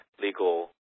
legal